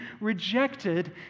rejected